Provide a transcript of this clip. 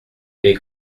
est